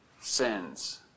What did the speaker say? sins